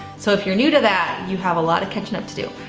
so if you're new to that, you have a lot of catching up to do.